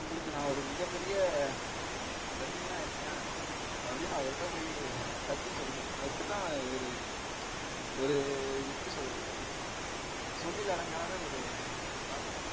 உங்களுக்கு நான் ஒரு மிகப்பெரிய ரசிகனாக இருக்கேன் அப்படின்னு அவர்ட்ட போய் கத்தி சொல்லணும் அப்படி தான் ஒரு ஒரு எப்படி சொல்கிறது சொல்லில் அடங்காத ஒரு வார்த்தை